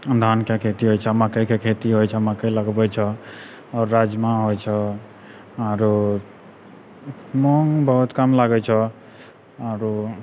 धानके खेती होइ छै मकइके खेती होइ छै मकइ लगबै छौ आओर राजमा होइ छै आरु मूङ्ग बहुत कम लागै छौ आरु